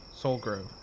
Soulgrove